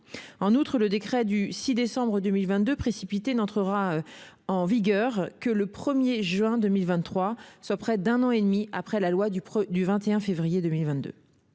En outre, le décret précité n'est entré en vigueur que le 1 juin 2023, soit près d'un an et demi après la loi du 21 février 2022.